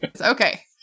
okay